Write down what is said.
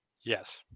Yes